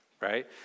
right